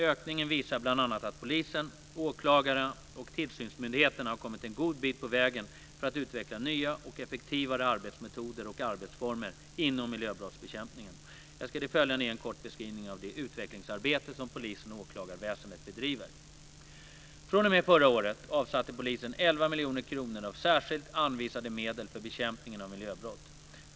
Ökningen visar bl.a. att polisen, åklagarna och tillsynsmyndigheterna har kommit en god bit på väg för att utveckla nya och effektivare arbetsmetoder och arbetsformer inom miljöbrottsbekämpningen. Jag ska i det följande ge en kort beskrivning av det utvecklingsarbete som polisen och åklagarväsendet bedriver. fr.o.m. förra året avsatte polisen 11 miljoner kronor av särskilt anvisade medel för bekämpning av miljöbrott.